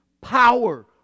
power